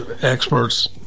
experts